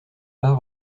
pas